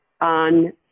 on